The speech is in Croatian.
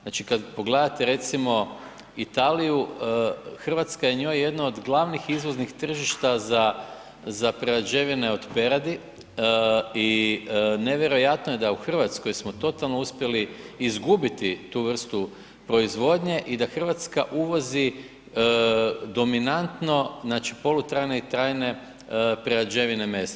Znači kad pogledate recimo Italiju Hrvatska je njoj jedna od glavnih izvoznih tržišta za prerađevine od peradi i nevjerojatno je da u Hrvatskoj smo totalno uspjeli izgubiti tu vrstu proizvodnje i da Hrvatska uvozi dominantno, znači polutrajne i trajne prerađevine mesa.